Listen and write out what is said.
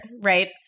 right